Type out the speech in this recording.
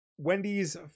Wendy's